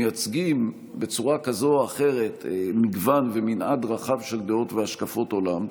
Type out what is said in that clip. מייצגים בצורה זו או אחרת מגוון ומנעד רחב של דעות והשקפות עולם.